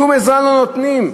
שום עזרה לא נותנים.